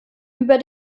über